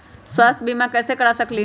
स्वाथ्य बीमा कैसे करा सकीले है?